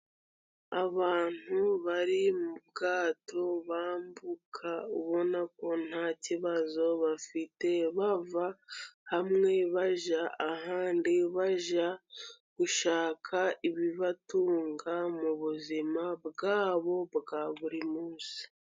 Abantu bari mu bwato bambuka, ubona ko nta kibazo bafite bava hamwe bajya ahandi, bajya gushaka ibibatunga mu buzima bwabo bwa buri munsi.